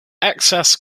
excess